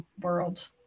world